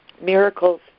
miracles